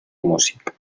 música